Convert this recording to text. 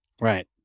Right